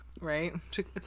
Right